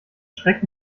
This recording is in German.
schreck